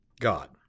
God